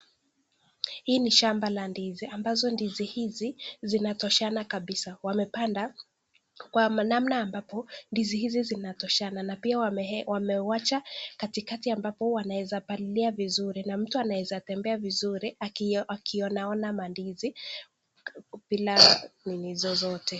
Hii ni shamba la ndizi ambazo ndizi hizi zinatoshana kabisa . Wamepanda kwa namna ambapo ndizi hizi zinatoshana na pia wame wamewacha katikati ambapo wanaweza palilia vizuri na mtu anaweza tembea vizuri akionaona mandizi bila nini zozote .